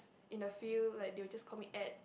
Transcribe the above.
in the field like they will just call me Ad